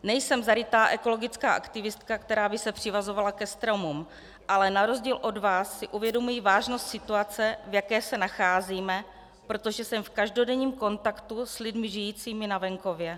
Nejsem zarytá ekologická aktivistka, která by se přivazovala ke stromům, ale na rozdíl od vás si uvědomuji vážnost situace, v jaké se nacházíme, protože jsem v každodenním kontaktu s lidmi žijícími na venkově.